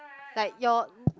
like your